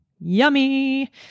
yummy